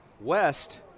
West